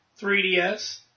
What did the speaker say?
3DS